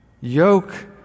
Yoke